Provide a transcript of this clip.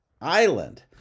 island